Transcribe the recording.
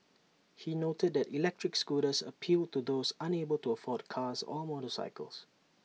he noted that electric scooters appealed to those unable to afford cars or motorcycles